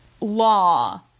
law